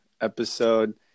episode